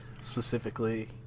specifically